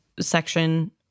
section